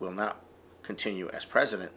will not continue as president